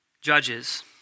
judges